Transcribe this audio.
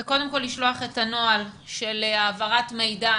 לשלוח את הנוהל של העברת מידע,